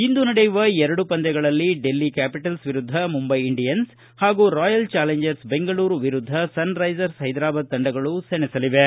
ಇಂದು ನಡೆಯುವ ಎರಡು ಪಂದ್ಯಗಳಲ್ಲಿ ಡೆಲ್ಲಿ ಕ್ಯಾಪಿಟಲ್ಲ್ ವಿರುದ್ದ ಮುಂಬೈ ಇಂಡಿಯನ್ಸ್ ಹಾಗೂ ರಾಯಲ್ ಚಾಲೆಂಜರ್ಸ ಬೆಂಗಳೂರು ವಿರುದ್ದ ಸನ್ರೈಸರ್ಸ ಹೈದರಾಬಾದ್ ತಂಡಗಳು ಸೆಣೆಸಲಿವೆ